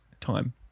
time